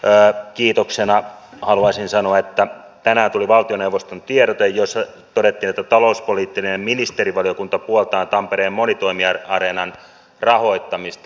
viimeisenä kiitoksena haluaisin sanoa että tänään tuli valtioneuvoston tiedote jossa todettiin että talouspoliittinen ministerivaliokunta puoltaa tampereen monitoimiareenan rahoittamista